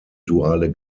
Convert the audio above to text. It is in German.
duale